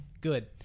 good